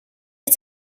its